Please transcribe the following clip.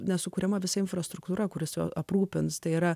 nesukuriama visa infrastruktūra kuri su aprūpins tai yra